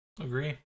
agree